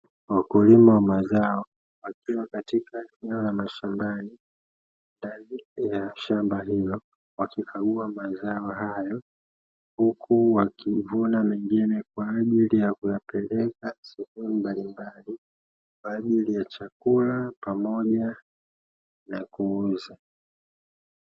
Wakulima wa mazao wakiwa katika eneo la mashambani, ndani ya shamba hilo wakikagua mazao hayo, huku wakivuna mengine kwa ajili ya kuendeleza shughuli mbalimbali, kwa ajili ya chakula pamoja na kuuza.